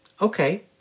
Okay